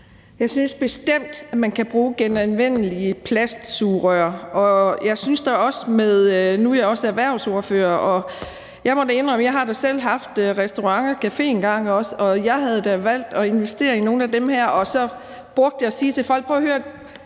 Jeg synes bestemt, at man kan bruge genanvendelige plastiksugerør. Nu er jeg også erhvervsordfører, og jeg har selv engang haft restaurant og også en café, og jeg valgte at investere i nogle af dem her, og så brugte jeg at sige til folk: Prøv at høre,